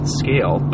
scale